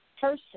person